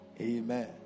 Amen